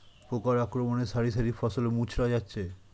পোকার আক্রমণে শারি শারি ফসল মূর্ছা যাচ্ছে